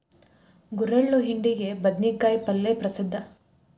ಗುರೆಳ್ಳು ಹಿಂಡಿಗೆ, ಬದ್ನಿಕಾಯ ಪಲ್ಲೆಗೆ ಪ್ರಸಿದ್ಧ